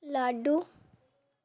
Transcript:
laddu